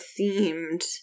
themed